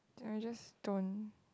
I just don't